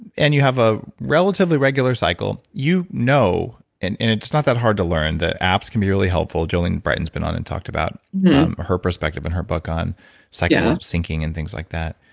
and you have a relatively regular cycle, you know, and and it's not that hard to learn. apps can be really helpful. jolene brighten's been on and talked about her perspective and her book on cycle syncing and things like that.